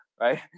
right